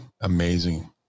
amazing